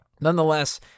nonetheless